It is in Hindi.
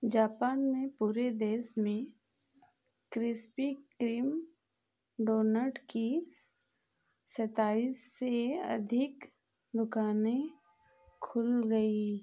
जापान में पूरे देश में क्रिस्पी क्रीम डोनट की सत्ताईस से अधिक दुकानें खुल गई